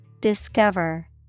Discover